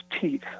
teeth